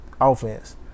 offense